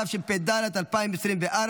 התשפ"ד 2024,